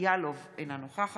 אינו נוכח